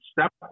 step